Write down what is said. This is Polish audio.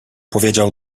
powiedział